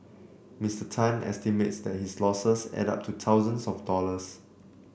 Mister Tan estimates that his losses add up to thousands of dollars